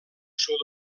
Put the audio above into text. sud